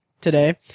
today